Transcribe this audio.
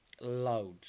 Loads